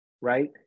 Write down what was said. right